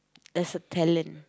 there's a talent